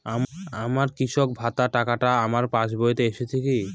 আমার কৃষক ভাতার টাকাটা আমার পাসবইতে এসেছে কি?